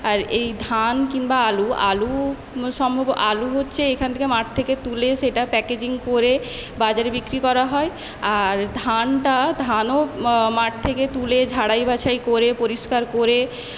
আর এই ধান কিংবা আলু আলু সম্ভব আলু হচ্ছে এইখান থেকে মাঠ তুলে সেটা প্যাকেজিং করে বাজারে বিক্রি করা হয় আর এই ধানটা ধানও মাঠ থেকে তুলে ঝাড়াই বাছাই করে পরিষ্কার করে